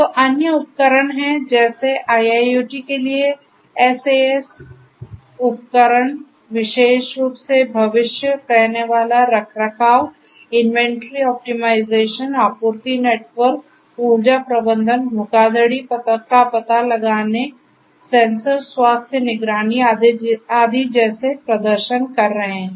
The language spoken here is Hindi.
तो अन्य उपकरण हैं जैसे IIoT के लिए SaaS उपकरण विशेष रूप से भविष्य कहनेवाला रखरखाव इन्वेंट्री ऑप्टिमाइज़ेशन आपूर्ति नेटवर्क ऊर्जा प्रबंधन धोखाधड़ी का पता लगाने सेंसर स्वास्थ्य निगरानी आदि जैसे प्रदर्शन कर रहे हैं